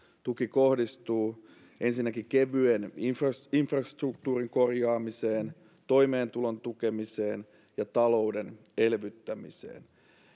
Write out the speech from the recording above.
tuki kohdistuu ensinnäkin kevyen infrastruktuurin korjaamiseen toimeentulon tukemiseen ja talouden elvyttämiseen